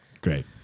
Great